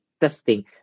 testing